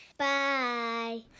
Bye